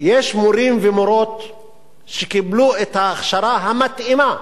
יש מורים ומורות שקיבלו את ההכשרה המתאימה